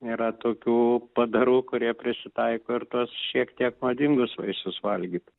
yra tokių padarų kurie prisitaiko ir tuos šiek tiek nuodingus vaisius valgyt